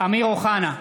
אמיר אוחנה,